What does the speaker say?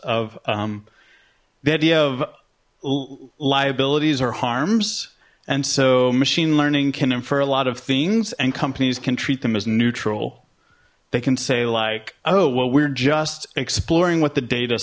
of the idea of liabilities or harms and so machine learning can infer a lot of things and companies can treat them as neutral they can say like oh well we're just exploring what the data